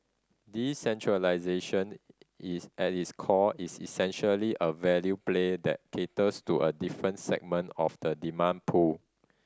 decentralisation is at is core is essentially a value play that caters to a different segment of the demand pool